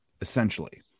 essentially